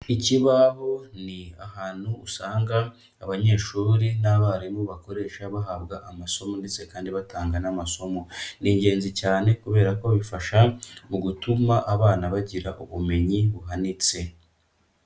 Ikibaho ni ahantu usanga abanyeshuri n'abarimu bakoresha bahabwa amasomo ndetse kandi batanga n'amasomo. Ni ingenzi cyane kubera ko bifasha mu gutuma abana bagira ubumenyi buhanitse.